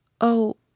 Oh